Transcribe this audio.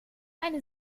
eine